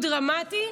הוא דרמטי,